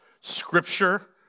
scripture